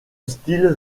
style